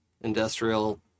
industrial